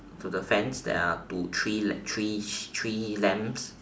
to the fence there are two three three three lambs